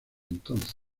entonces